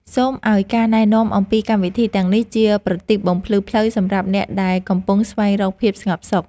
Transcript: សូមឱ្យការណែនាំអំពីកម្មវិធីទាំងនេះជាប្រទីបបំភ្លឺផ្លូវសម្រាប់អ្នកដែលកំពុងស្វែងរកភាពស្ងប់សុខ។